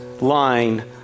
line